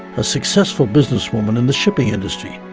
a successful businesswoman in the shipping industry.